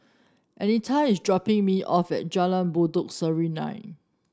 Anita is dropping me off at Jalan Pokok Serunai